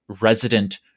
resident